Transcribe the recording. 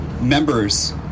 members